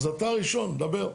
אז אתה ראשון, דבר.